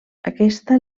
aquesta